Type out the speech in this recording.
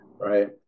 right